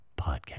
podcast